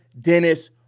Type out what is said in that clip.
Dennis